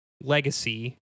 legacy